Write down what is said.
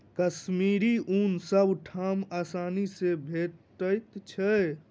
कश्मीरी ऊन सब ठाम आसानी सँ भेटैत छै